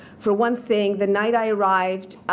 for one thing, the night i arrived,